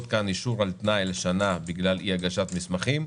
כאן אישור על תנאי לשנה בגלל אי הגשת מסמכים.